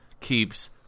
keeps